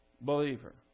believer